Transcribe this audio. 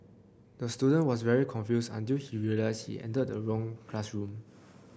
the student was very confused until he realised he entered the wrong classroom